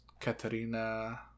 katarina